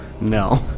No